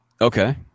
Okay